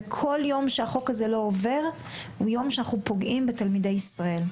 וכל יום שהחוק הזה לא עובר הוא יום שאנחנו פוגעים בתלמידי ישראל.